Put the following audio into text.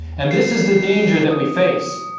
and this is the danger that we face